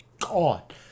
God